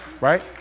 right